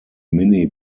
mini